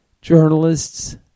journalists